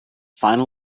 final